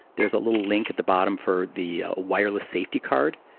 there's a little link at the bottom for the wireless safety card.